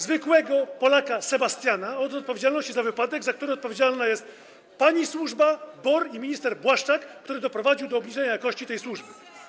zwykłego Polaka, Sebastiana, o odpowiedzialność za wypadek, za który odpowiedzialna jest pani służba, BOR, i minister Błaszczak, który doprowadził do obniżenia jakości tej służby?